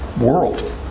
world